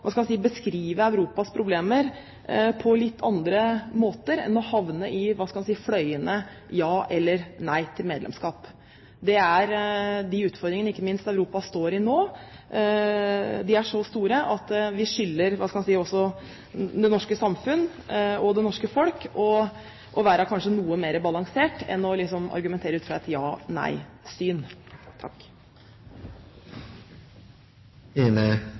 hva vi politisk gjør det til. Derfor er det vel slik at vi som parlamentarikere litt oftere burde ta det inn over oss og beskrive Europas problemer på litt andre måter enn å havne i fløyene ja eller nei til medlemskap. De utfordringene ikke minst Europa nå står overfor, er så store at vi skylder det norske samfunn og det norske folk kanskje å være noe mer balansert enn å argumentere ut fra et